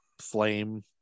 flame